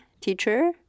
teacher